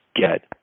get